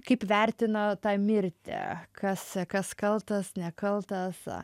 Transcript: kaip vertina tą mirtį kas kas kaltas nekaltas